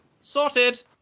Sorted